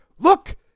Look